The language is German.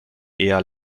eher